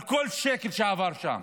על כל שקל שעבר שם.